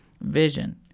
vision